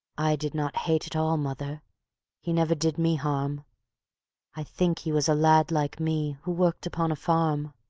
i did not hate at all, mother he never did me harm i think he was a lad like me, who worked upon a farm.